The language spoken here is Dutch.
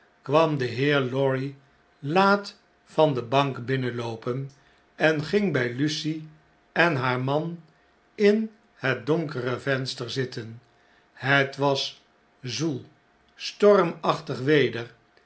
kwam de heer lorry laat van de bank binnenloopen en ging bg lucie en haar man in het donkere venster zitten het was zoel stormachtig weder